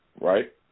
right